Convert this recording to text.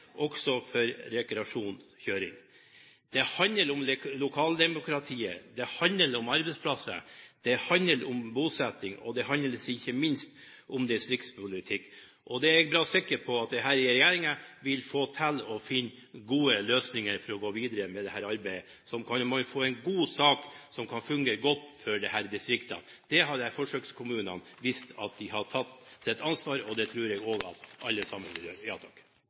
også for rekreasjonskjøring. Det handler om lokaldemokratiet, det handler om arbeidsplasser, det handler om bosetting, og det handler ikke minst om distriktspolitikk. Og jeg er sikker på at denne regjeringen vil klare å finne gode løsninger for å gå videre med dette arbeidet, slik at man får en god sak som kan fungere godt for disse distriktene. Disse forsøkskommunene har vist at de har tatt sitt ansvar, og det tror jeg også at alle sammen vil